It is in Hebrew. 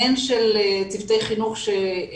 הן של צוותי חינוך עם